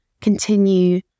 continue